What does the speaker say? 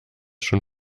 schon